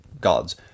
gods